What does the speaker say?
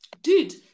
dude